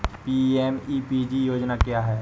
PMEPG योजना क्या है?